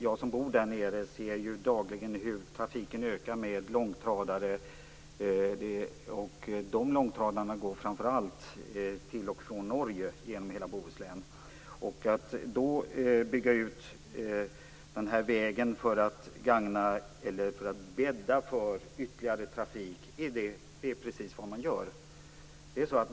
Jag som bor där nere ser dagligen hur trafiken med långtradare ökar. De långtradarna går framför allt till och från Norge genom hela Bohuslän. Att då bygga ut den här vägen innebär att man bäddar för ytterligare trafik. Det är precis vad man gör.